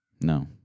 No